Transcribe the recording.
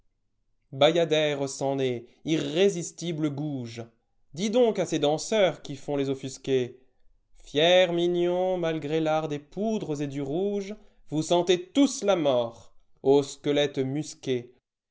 nez irrésistible gouge dis donc à ces danseurs qui font les offusquél a fiers mignons malgré l'art des poudres et du rouge vous sentez tous la mort squelettes musqués